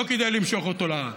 לא כדאי למשוך אותו לעד.